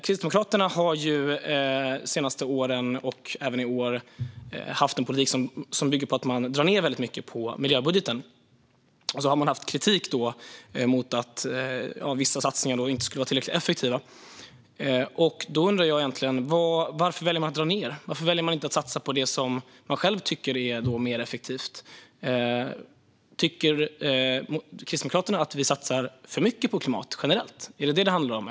Kristdemokraterna har de senaste åren och även i år haft en politik som bygger på att man drar ned väldigt mycket på miljöbudgeten. Samtidigt har man framfört kritik mot att vissa satsningar inte skulle vara tillräckligt effektiva. Då undrar jag: Varför väljer man att dra ned? Varför väljer man inte att satsa på det som man själv tycker är mer effektivt? Tycker Kristdemokraterna att vi satsar för mycket på klimatet generellt? Är det vad det handlar om?